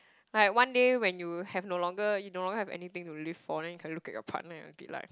like one day when you have no longer you no longer have anything to live for then you can look at your partner and you be like